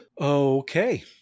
Okay